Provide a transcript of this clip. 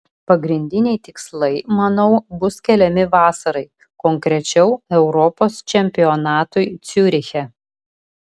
pagrindiniai tikslai manau bus keliami vasarai konkrečiau europos čempionatui ciuriche